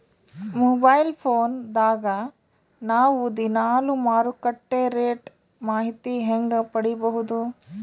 Mobile phone ದಾಗ ನಾವು ದಿನಾಲು ಮಾರುಕಟ್ಟೆ ರೇಟ್ ಮಾಹಿತಿ ಹೆಂಗ ಪಡಿಬಹುದು?